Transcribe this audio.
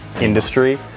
industry